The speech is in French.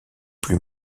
plus